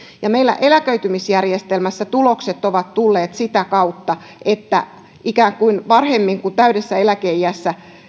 ja itse olen oikeasti huolissani siitä meillä eläköitymisjärjestelmässä tulokset ovat tulleet sitä kautta että vähemmän kuin aikaisemmin varhemmin kuin täydessä eläkeiässä